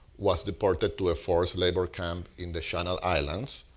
was deported to a forced labor camp in the channel islands,